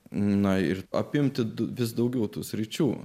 na ir apimti du vis daugiau tų sričių